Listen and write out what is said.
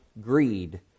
greed